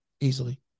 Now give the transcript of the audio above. easily